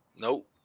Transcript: Nope